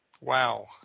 Wow